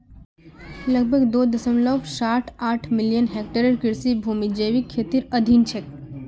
लगभग दो दश्मलव साथ आठ मिलियन हेक्टेयर कृषि भूमि जैविक खेतीर अधीन छेक